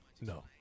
No